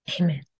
Amen